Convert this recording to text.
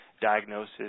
diagnosis